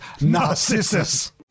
Narcissus